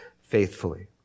faithfully